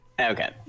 Okay